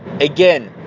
again